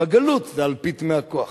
בגלות זה אלפית מהכוח,